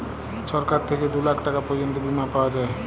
ছরকার থ্যাইকে দু লাখ টাকা পর্যল্ত বীমা পাউয়া যায়